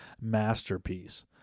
masterpiece